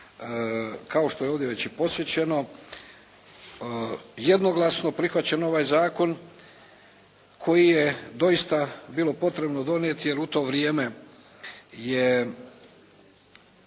kao što je ovdje već i podsjećano, jednoglasno prihvaćen ovaj zakon koji je doista bilo potrebno donijeti jer u to vrijeme je,